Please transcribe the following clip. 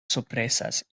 sorpresas